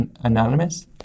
anonymous